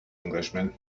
englishman